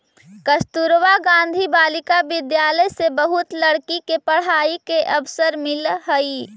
कस्तूरबा गांधी बालिका विद्यालय से बहुत लड़की के पढ़ाई के अवसर मिलऽ हई